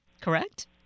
correct